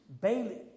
Bailey